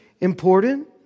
important